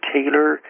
Taylor